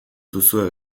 duzue